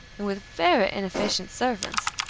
and with very inefficient servants,